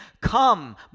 come